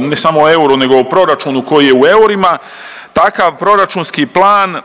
ne samo o euru nego o proračunu koji je u eurima, takav proračunski plan